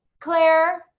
Claire